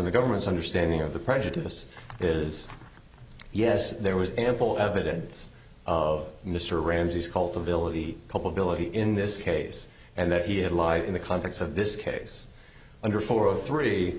in the government's understanding of the prejudice is yes there was ample evidence of mr ramsey's call to villa the culpability in this case and that he is alive in the context of this case under four or three